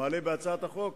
מעלה בהצעת החוק,